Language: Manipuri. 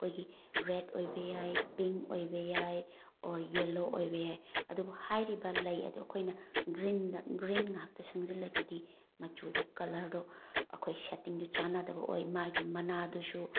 ꯑꯩꯈꯣꯏꯒꯤ ꯔꯦꯠ ꯑꯣꯏꯕ ꯌꯥꯏ ꯄꯤꯡ ꯑꯣꯏꯕ ꯌꯥꯏ ꯑꯣꯔ ꯌꯦꯜꯂꯣ ꯑꯣꯏꯕ ꯌꯥꯏ ꯑꯗꯨꯕꯨ ꯍꯥꯏꯔꯤꯕ ꯂꯩ ꯑꯗꯨ ꯑꯩꯈꯣꯏꯅ ꯒ꯭ꯔꯤꯟꯗ ꯒ꯭ꯔꯤꯟ ꯉꯥꯛꯇ ꯁꯪꯖꯤꯜꯂꯒꯗꯤ ꯃꯆꯨꯗꯣ ꯀꯂ꯭ꯔꯗꯣ ꯑꯩꯈꯣꯏ ꯁꯦꯠꯇꯤꯡꯗꯣ ꯆꯥꯅꯗꯕ ꯑꯣꯏ ꯃꯥꯒꯤ ꯃꯅꯥꯗꯨꯁꯨ